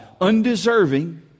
undeserving